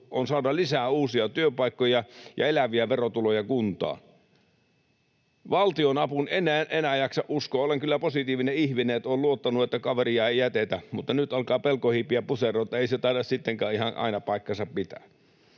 on saada lisää uusia työpaikkoja ja eläviä verotuloja kuntaan. Valtionapuun en enää jaksa uskoa. Olen kyllä positiivinen ihminen ja olen luottanut, että kaveria ei jätetä, mutta nyt alkaa pelko hiipiä puseroon, että ei se taida sittenkään ihan aina paikkaansa pitää.